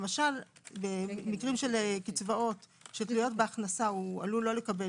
למשל במקרים של קצבאות שתלויות בהכנסה הוא עלול לא לקבל